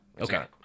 Okay